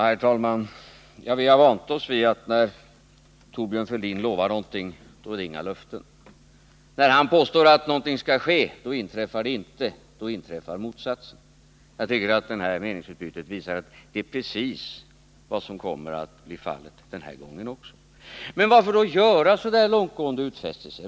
Herr talman! Vi har vant oss vid att när Thorbjörn Fälldin lovar någonting, så är det inga löften. När han påstår att någonting skall ske, då inträffar det inte — då inträffar motsatsen. Jag tycker att detta meningsutbyte visar att det är precis vad som kommer att bli fallet den här gången också. Men varför då göra så där långtgående utfästelser?